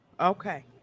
Okay